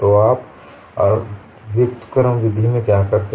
तो आप व्युत्क्रम विधि में क्या करते हैं